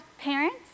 parents